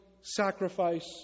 sacrifice